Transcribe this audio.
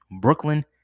Brooklyn